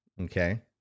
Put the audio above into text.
Okay